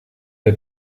der